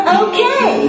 okay